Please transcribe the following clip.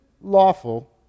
lawful